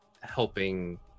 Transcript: helping